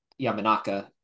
Yamanaka